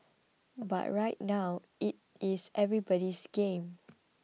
but right now it is everybody's game